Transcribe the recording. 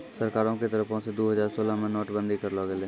सरकारो के तरफो से दु हजार सोलह मे नोट बंदी करलो गेलै